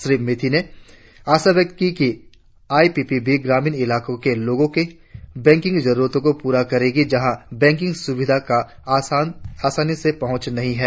श्री मिथि ने आशा व्यक्त की कि आई पी पी बी ग्रामीण इलाकों के लोगों की बैकिंग जरुरतों को पूरा करेगी जहा बैंकिंग सुविधाओं का आसानी से पहूंच नहीं है